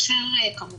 שאנחנו לא חלק מהתהליך,